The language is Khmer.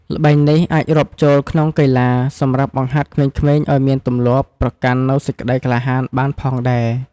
ល្បែងនេះ អាចរាប់ចូលក្នុងកីឡាសម្រាប់បង្ហាត់ក្មេងឲ្យមានទំលាប់ ប្រកាន់នូវសេចក្តីក្លាហានបានផងដែរ ។